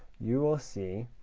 you will see